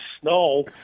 Snow